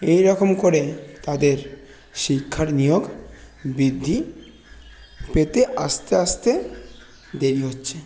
এই রকম করে তাদের শিক্ষার নিয়োগ বৃদ্ধি পেতে আস্তে আস্তে দেরি হচ্ছে